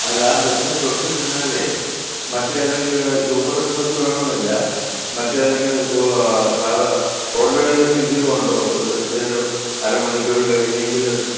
അല്ലാ bus തൊട്ട് പിന്നാലെ മറ്റേതെങ്കിലും സൂപ്പർ എക്സ്പ്രസ് വേണമെന്നില്ല മറ്റേതെങ്കിലും സു സാദാ ഓർഡിനറി ബസ് എങ്കിലും ഉണ്ടോ ഒരു ശേ ര അര മണിക്കൂർ കഴിഞ്ഞെങ്കിലൊത്ത്